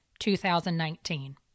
2019